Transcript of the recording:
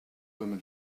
woman